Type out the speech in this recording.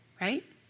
right